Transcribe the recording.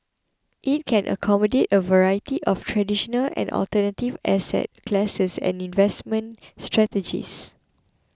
it can accommodate a variety of traditional and alternative asset classes and investment strategies